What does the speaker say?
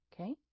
Okay